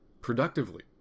productively